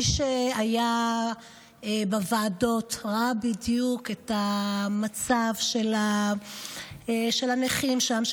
מי שהיה בוועדות ראה בדיוק את המצב של הנכים שם,